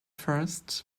first